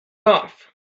off